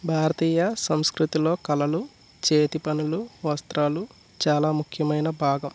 భారతీయ సంస్కృతిలో కళలు చేతి పనులు వస్త్రాలు చాలా ముఖ్యమైన భాగం